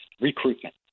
recruitment